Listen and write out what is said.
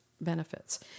benefits